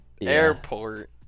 Airport